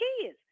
kids